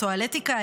הטואלטיקה,